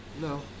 No